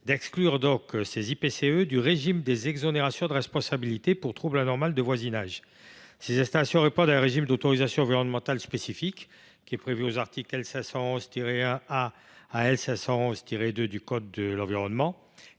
l’environnement – du régime des exonérations de responsabilité pour trouble anormal de voisinage. Ces installations répondent à un régime d’autorisation environnementale spécifique prévu aux articles L. 511 1 A à L. 511 2 du code de l’environnement,